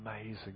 amazing